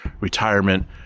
retirement